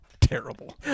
Terrible